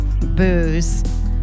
booze